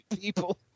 people